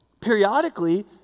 periodically